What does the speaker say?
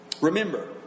Remember